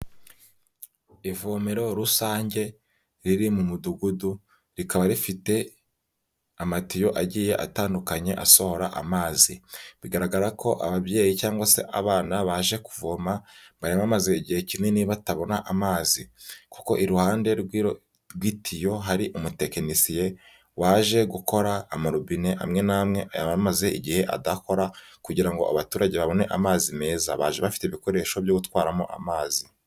Ivomero rusange riri mu mudugudu rikaba rifite amatiyo agiye atandukanye asohora amazi. Bigaragara ko ababyeyi cyangwa se abana baje kuvoma bari bamaze igihe kinini batabona amazi. Kuko iruhande rw'itiyo hari umutekinisiye waje gukora amarobine amwe n'amwe yaramaze igihe adakora kugira ngo abaturage babone amazi meza. Baje bafite ibikoresho byo gutwaramo amazi.